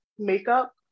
makeup